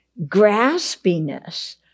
graspiness